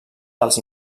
dels